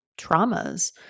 traumas